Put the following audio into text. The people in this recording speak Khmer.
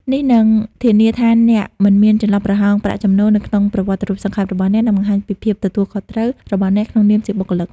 នេះនឹង ធានាថាអ្នកមិនមានចន្លោះប្រហោងប្រាក់ចំណូល នៅក្នុងប្រវត្តិរូបសង្ខេបរបស់អ្នក និងបង្ហាញពី ភាពទទួលខុសត្រូវ របស់អ្នកក្នុងនាមជាបុគ្គលិក។